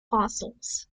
fossils